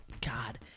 God